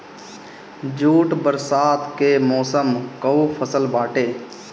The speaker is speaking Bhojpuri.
जूट बरसात के मौसम कअ फसल बाटे